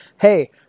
Hey